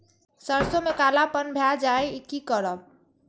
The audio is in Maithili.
सरसों में कालापन भाय जाय इ कि करब?